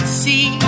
see